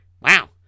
Wow